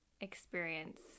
experience